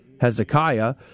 Hezekiah